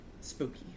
Spooky